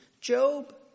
Job